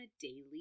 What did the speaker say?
daily